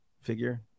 figure